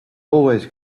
always